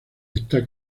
esta